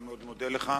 אני מאוד מודה לך.